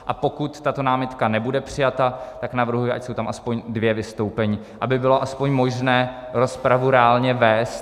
A pokud tato námitka nebude přijata, tak navrhuji, ať jsou tam aspoň dvě vystoupení, aby bylo aspoň možné rozpravu reálně vést.